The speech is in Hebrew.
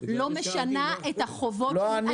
לא משנה את החובות שלו.